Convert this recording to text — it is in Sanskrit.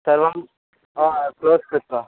सर्वं क्लोस् कृत्वा